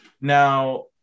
Now